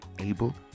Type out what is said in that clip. able